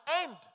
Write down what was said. end